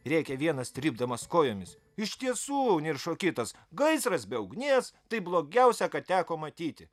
rėkė vienas trypdamas kojomis iš tiesų niršo kitas gaisras be ugnies tai blogiausia ką teko matyti